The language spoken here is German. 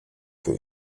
für